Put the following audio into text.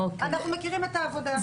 אנחנו מכירים את העבודה.